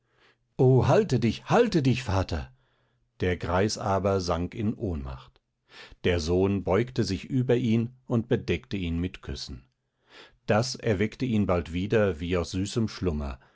halte dich halte dich vater der greis aber sank in ohnmacht der sohn beugte sich über ihn und bedeckte ihn mit küssen das erweckte ihn bald wieder wie aus süßem schlummer